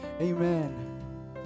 Amen